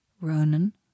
Ronan